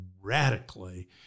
radically